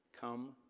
Come